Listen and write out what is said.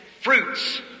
fruits